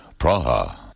Praha